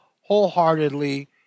wholeheartedly